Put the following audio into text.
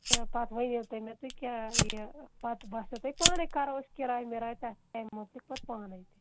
تہٕ پَتہٕ ؤنِو تُہۍ مےٚ تُہۍ کیٛاہ یہِ پَتہٕ باسیٚو تۄہہِ پانَے کَرو أسۍ کِراے وراے تَتھ تَمہِ مُتعلِق پَتہٕ پانَے تہِ